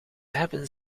hebben